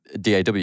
DAW